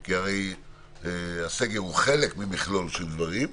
כי הרי הסגר הוא חלק ממכלול של דברים.